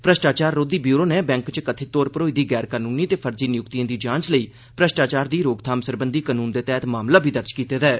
भ्रष्टाचार रोधी ब्यूरो नै बैंक च कथित तौर पर होई दी गैर कनूनी ते फर्जी नियुक्तिएं दी जांच लेई भ्रष्टाचार दी रोकथाम सरबंधी कानून दे तैहत मामला बी दर्ज कीते ऐ